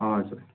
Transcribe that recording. हजुर